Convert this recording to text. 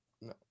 No